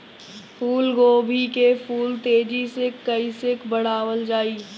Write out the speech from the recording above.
फूल गोभी के फूल तेजी से कइसे बढ़ावल जाई?